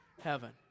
heaven